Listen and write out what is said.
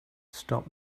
stop